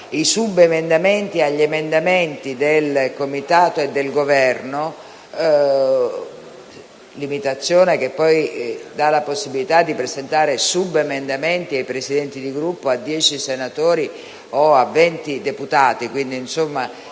i subemendamenti agli emendamenti del Comitato e del Governo (limitazione che poi dà la possibilità di presentare subemendamenti ai Presidenti di Gruppo, a dieci senatori o a venti deputati